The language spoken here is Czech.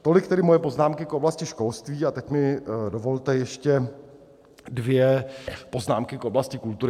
Tolik tedy moje poznámky k oblasti školství a teď mi dovolte ještě dvě poznámky k oblasti kultury.